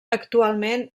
actualment